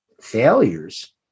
Failures